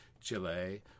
Chile